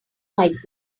might